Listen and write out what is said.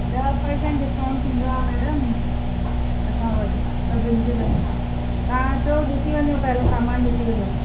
ॾह percent discount थींदो आहे मेडम असां वटि सभिनि जे लाइ तव्हां अचो ॾिसी वञो पहलो सामानु ॾिसी वञो